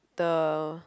the